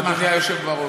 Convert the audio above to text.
אדוני היושב בראש,